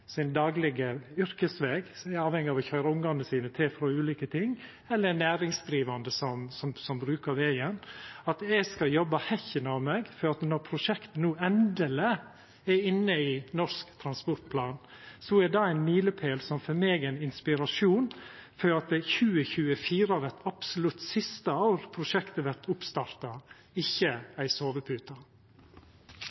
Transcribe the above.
sin daglege yrkesveg eller er avhengige av å køyra ungane sine til og frå ulike ting, eller det er næringsdrivande som bruker vegen, at eg skal jobba hekken av meg: Når prosjektet no endeleg er inne i Nasjonal transportplan, er det ein milepæl som for meg er ein inspirasjon til at 2024 vert absolutt siste året prosjektet vert oppstarta, og ikkje